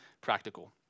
practical